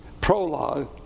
prologue